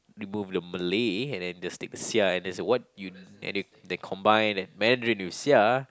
remove the Malay and then just take the sia and there's a what you and you they combine that Mandarin with sia